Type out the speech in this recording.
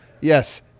Yes